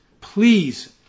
please